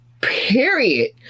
Period